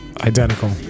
Identical